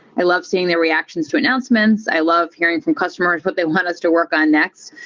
i love seeing their reactions to announcements. i love hearing from customers what they want us to work on next,